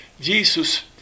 Jesus